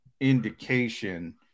indication